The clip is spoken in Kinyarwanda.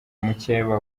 mukeba